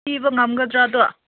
ꯄꯤꯕ ꯉꯝꯒꯗ꯭ꯔꯥ ꯑꯗꯣ